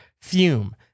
Fume